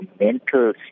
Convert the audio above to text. mental